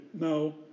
No